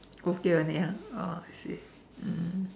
okay only ah oh I see mm